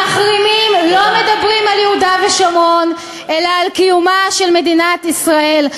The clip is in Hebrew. המחרימים לא מדברים על יהודה ושומרון אלא על קיומה של מדינת ישראל.